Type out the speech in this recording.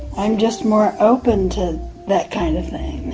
i'm just more open to that kind of thing